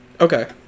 okay